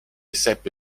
seppe